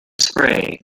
spray